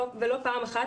ולא פעם אחת,